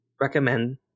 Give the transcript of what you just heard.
recommend